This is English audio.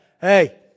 Hey